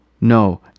No